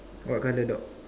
what colour dog